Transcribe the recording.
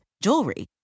jewelry